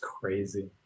crazy